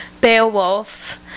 Beowulf